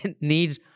need